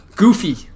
goofy